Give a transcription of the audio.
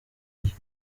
njye